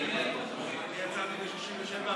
אני יצאתי ב-67'.